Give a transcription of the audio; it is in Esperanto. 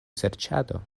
serĉado